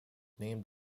named